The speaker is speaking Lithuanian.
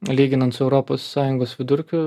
lyginant su europos sąjungos vidurkiu